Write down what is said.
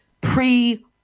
pre